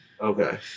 Okay